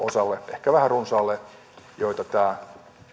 ehkä vähän runsaalle joita tämä